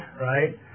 right